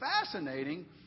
fascinating